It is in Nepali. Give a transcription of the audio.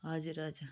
हजुर हजुर